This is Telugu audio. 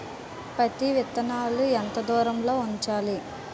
పత్తి విత్తనాలు ఎంత దూరంలో ఉంచాలి?